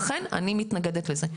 לכן אני מתנגדת לזה.